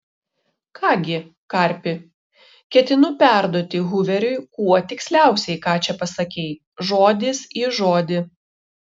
ką gi karpi ketinu perduoti huveriui kuo tiksliausiai ką čia pasakei žodis į žodį